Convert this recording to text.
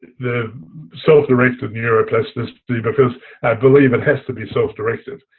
the self-directed neuroplasticity because i believe it has to be self-directed.